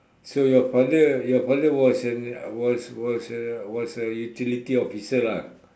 so your father your father was an was was a was a utility officer lah